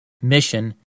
mission